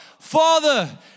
Father